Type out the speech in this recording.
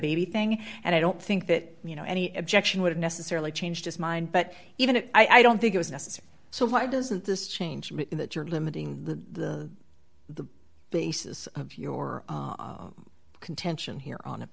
baby thing and i don't think that you know any objection would necessarily change his mind but even if i don't think it was necessary so why doesn't this change in that you're limiting the the basis of your contention here on